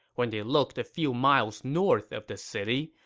when they looked a few miles north of the city,